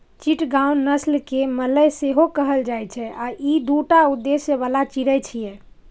चिटगांव नस्ल कें मलय सेहो कहल जाइ छै आ ई दूटा उद्देश्य बला चिड़ै छियै